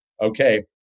okay